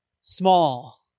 small